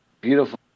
beautiful